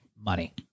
money